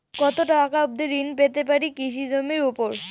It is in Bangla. কত টাকা অবধি ঋণ পেতে পারি কৃষি জমির উপর?